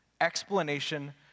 explanation